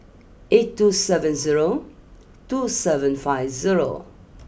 eight two seven zero two seven five zero